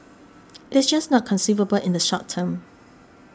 it is just not conceivable in the short term